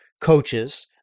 coaches